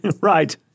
Right